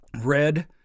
red